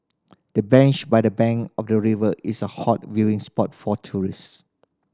the bench by the bank of the river is a hot viewing spot for tourists